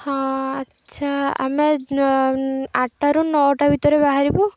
ହଁ ଆଚ୍ଛା ଆମେ ଆଠଟାରୁ ନଅଟା ଭିତରେ ବାହାରିବୁ